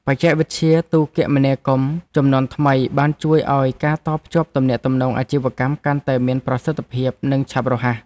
បច្ចេកវិទ្យាទូរគមនាគមន៍ជំនាន់ថ្មីបានជួយឱ្យការតភ្ជាប់ទំនាក់ទំនងអាជីវកម្មកាន់តែមានប្រសិទ្ធភាព និងឆាប់រហ័ស។